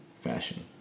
Fashion